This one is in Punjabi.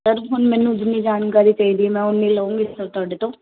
ਸਰ ਹੁਣ ਮੈਨੂੰ ਜਿੰਨੀ ਜਾਣਕਾਰੀ ਚਾਹੀਦੀ ਹੈ ਮੈਂ ਓਨੀ ਲਊਂਗੀ ਸਰ ਤੁਹਾਡੇ ਤੋਂ